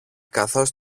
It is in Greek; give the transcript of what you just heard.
καθώς